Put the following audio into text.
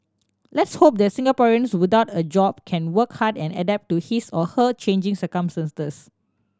let's hope that Singaporeans without a job can work hard and adapt to his or her changing circumstances